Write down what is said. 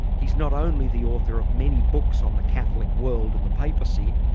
he's not only the author of many books on the catholic world and the papacy,